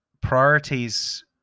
priorities